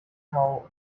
how